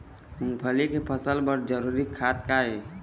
मूंगफली के फसल बर जरूरी खाद का ये?